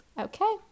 Okay